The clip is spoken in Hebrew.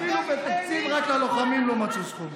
אפילו בתקציב כזה רק ללוחמים לא מצאו סכום.